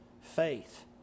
faith